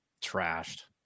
trashed